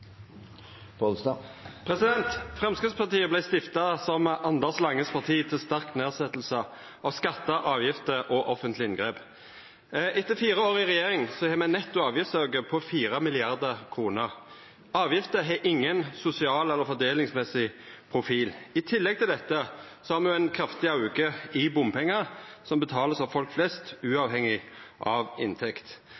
Framstegspartiet vart stifta som Anders Langes Parti til sterk nedsettelse av skatter, avgifter og offentlige inngrep. Etter fire år med Framstegspartiet i regjering har me ein netto avgiftsauke på 4 mrd. kr. Avgiftene har ingen sosial eller fordelingsmessig profil. I tillegg til dette har me ein kraftig auke i bompengar som betalast av folk flest,